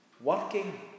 Working